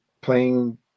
playing